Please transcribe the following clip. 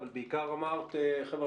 אבל בעיקר אמרת: חבר'ה,